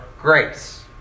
grace